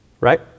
right